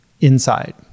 inside